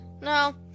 no